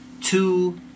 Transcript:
two